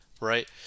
right